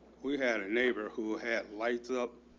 we had a neighbor who had lights up.